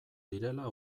direla